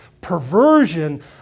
perversion